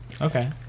Okay